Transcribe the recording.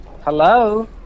Hello